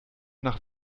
nach